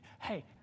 Hey